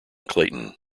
clayton